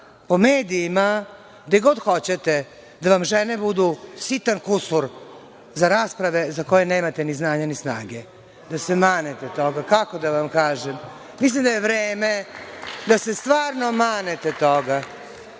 po medijima, gde god hoćete, da vam žene budu sitan kusur za rasprave za koje nemate ni znanja, ni snage. Da se manete toga. Kako da vam kažem, mislim da je vreme da se stvarno manete toga. Da